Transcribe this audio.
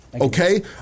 Okay